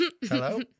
hello